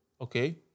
okay